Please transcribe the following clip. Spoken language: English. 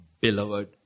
beloved